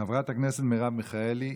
חברת הכנסת מרב מיכאלי,